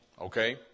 okay